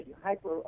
hyper